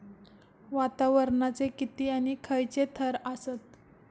वातावरणाचे किती आणि खैयचे थर आसत?